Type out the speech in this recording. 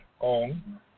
own